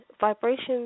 vibrations